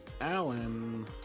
Alan